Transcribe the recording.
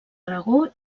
aragó